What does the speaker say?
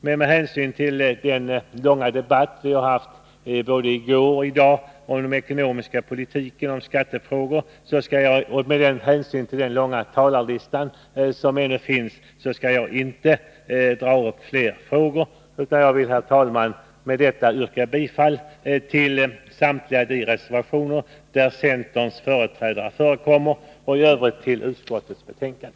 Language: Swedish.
Med hänsyn till den långa debatt vi har haft både i går och i dag om den ekonomiska politiken och skattefrågor och med hänsyn till den långa talarlista som nu finns skall jag inte dra upp fler frågor. Jag vill, herr talman med detta yrka bifall till samtliga de reservationer där centerns företrädare förekommer, och i övrigt till utskottets betänkande.